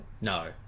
no